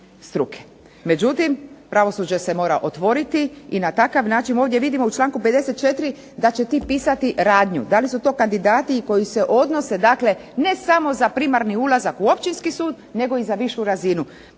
Međutim, pravosuđe se mora otvoriti i na takav način ovdje vidimo u članku 54. da će ti pisati radnju. Da li su to kandidati i koji se odnose, dakle ne samo za primarni ulazak u Općinski sud nego i za višu razinu.